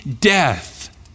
death